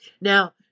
Now